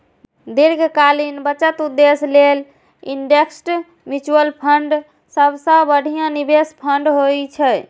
दीर्घकालीन बचत उद्देश्य लेल इंडेक्स म्यूचुअल फंड सबसं बढ़िया निवेश फंड होइ छै